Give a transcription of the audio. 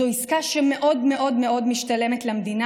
זו עסקה שמאוד מאוד מאוד משתלמת למדינה.